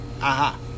Aha